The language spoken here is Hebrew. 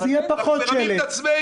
אז יהיה פחות שלט.